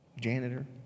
janitor